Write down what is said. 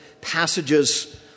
passages